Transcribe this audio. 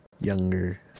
younger